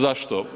Zašto?